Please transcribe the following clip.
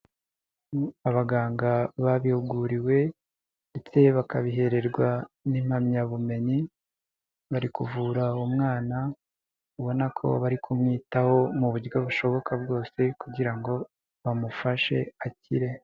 Abaganga babihuguriwe ndetse bakabihererwa n'impamyabumenyi, bari kuvura umwana ubona ko bari kumwitaho mu buryo bushoboka bwose kugira ngo bamufashe akire.